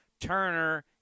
Turner